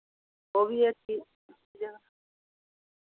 ओह् बी ऐ